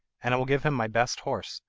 and i will give him my best horse,